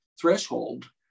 threshold